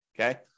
okay